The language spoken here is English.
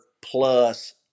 plus